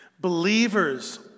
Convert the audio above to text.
Believers